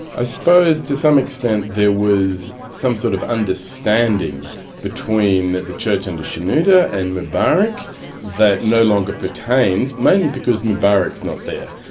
i suppose to some extent there was some sort of understanding between the church and under shenouda and mubarak that no longer pertains, mainly because mubarak's not there.